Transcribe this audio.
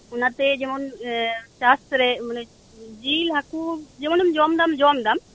ᱚᱱᱟᱛᱮ ᱡᱮᱢᱚᱱ ᱪᱟᱥᱨᱮ ᱢᱟᱱᱮ ᱡᱤᱞ ᱦᱟᱠᱩ ᱡᱮᱢᱚᱱᱮᱢ ᱡᱚᱢᱫᱟᱢ ᱡᱚᱢᱫᱟᱢ